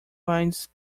finds